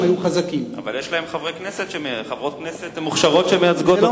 אבל יש להם חברות כנסת מוכשרות שמייצגות אותם.